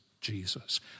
Jesus